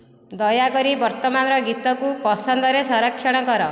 ଦୟାକରି ବର୍ତ୍ତମାନର ଗୀତକୁ ପସନ୍ଦରେ ସଂରକ୍ଷଣ କର